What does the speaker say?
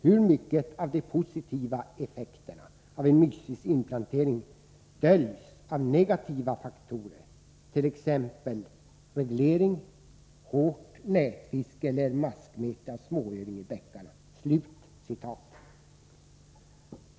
Hur mycket av de positiva effekterna av en Mysis-inplantering döljs av negativa faktorer t.ex. reglering, hårt nätfiske eller maskmete av småöring i bäckarna?